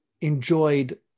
enjoyed